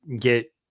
get